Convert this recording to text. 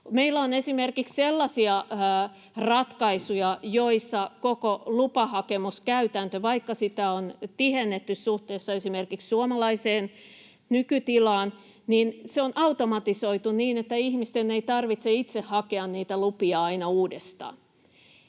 Meillä on esimerkiksi sellaisia ratkaisuja, joissa koko lupahakemuskäytäntö, vaikka sitä on tihennetty suhteessa esimerkiksi suomalaiseen nykytilaan, on automatisoitu niin, että ihmisten ei tarvitse itse hakea niitä lupia aina uudestaan.